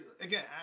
again